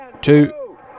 two